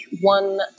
one